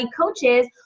coaches